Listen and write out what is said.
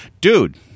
dude